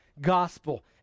gospel